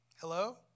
Hello